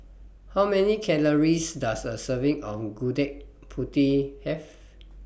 How Many Calories Does A Serving of Gudeg Putih Have